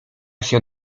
się